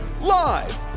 Live